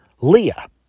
Leah